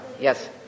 Yes